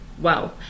wow